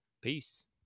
peace